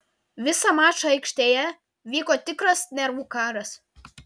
visą mačą aikštėje vyko tikras nervų karas